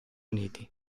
uniti